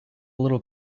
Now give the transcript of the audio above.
little